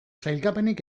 sailkapenik